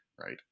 right